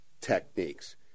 techniques